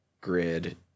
grid